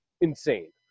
insane